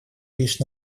лишь